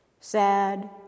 Sad